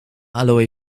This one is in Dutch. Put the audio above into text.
aloë